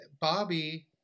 Bobby